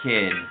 Kid